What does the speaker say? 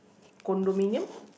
condominium